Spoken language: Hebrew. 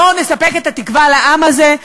בואו נספק את התקווה לעם הזה,